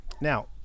now